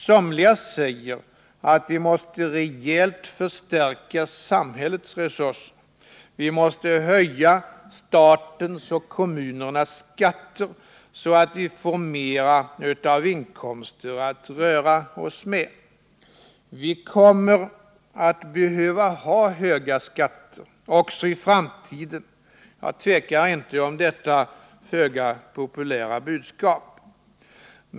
Somliga säger att vi rejält måste förstärka samhällets resurser, höja statens och kommunernas skatter, så att vi får mera inkomster att röra oss med. Vi kommer att behöva höga skatter också i framtiden — jag tvekar inte om detta föga populära budskap.